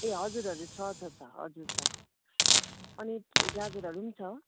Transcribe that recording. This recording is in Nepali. ए हजुर हजुर छ छ छ हजुर छ अनि गाजरहरू पनि छ